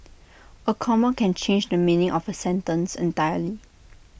A comma can change the meaning of A sentence entirely